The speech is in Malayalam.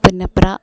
പുന്നപ്ര